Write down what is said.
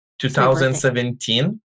2017